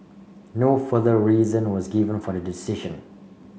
no further reason was given for the decision